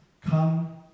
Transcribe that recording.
Come